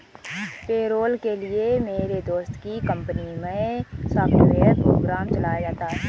payroll के लिए मेरे दोस्त की कंपनी मै सॉफ्टवेयर प्रोग्राम चलाया जाता है